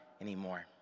anymore